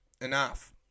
enough